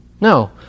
No